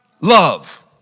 love